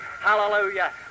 hallelujah